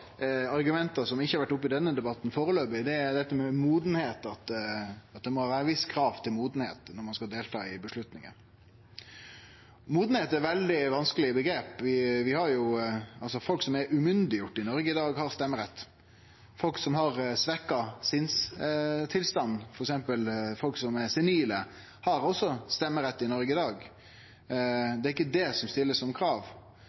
som førebels ikkje har vore oppe i denne debatten, og det gjeld dette med mognad, at det må vere visse krav til mognad når ein skal delta i avgjerder. Mognad er eit veldig vanskeleg omgrep. Folk som er gjorde umyndige i Noreg i dag, har stemmerett. Folk som har svekt sinnstilstand, f.eks. folk som er senile, har også stemmerett i Noreg i dag. Det er ikkje det som blir stilt som krav.